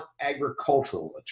agricultural